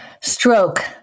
Stroke